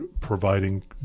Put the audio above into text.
providing